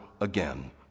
again